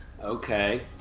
Okay